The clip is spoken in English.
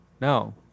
No